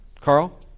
Carl